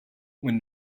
were